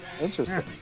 Interesting